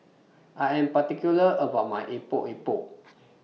I Am particular about My Epok Epok